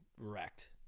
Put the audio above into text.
wrecked